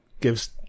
gives